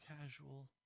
casual